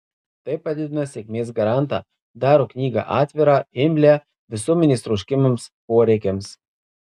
tai padidina sėkmės garantą daro knygą atvirą imlią visuomenės troškimams poreikiams